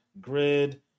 Grid